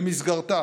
שבמסגרתה